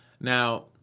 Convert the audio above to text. Now